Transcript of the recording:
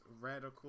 radical